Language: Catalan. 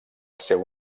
seu